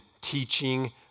teaching